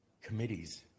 committees